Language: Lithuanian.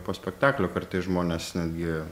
po spektaklio kartais žmonės netgi